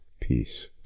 Peace